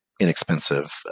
Inexpensive